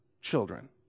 children